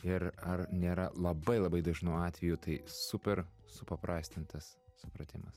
ir ar nėra labai labai dažnu atveju tai super supaprastintas supratimas